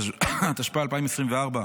התשפ"ה 2024,